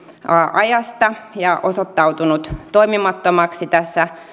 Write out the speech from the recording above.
ajasta ja osoittautunut toimimattomaksi tässä